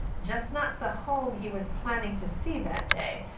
just not the home he was planning to see that day.